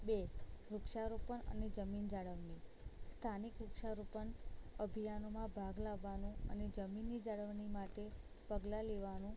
બે વૃક્ષારોપણ અને જમીન જાળવણી સ્થાનિક વૃક્ષારોપણ અભિયાનોમાં ભાગ લેવાનું અને જમીનની જાળવણી માટે પગલાં લેવાનું